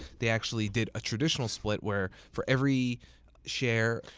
they actually did a traditional split where for every share,